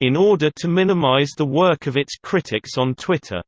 in order to minimize the work of its critics on twitter.